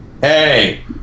Hey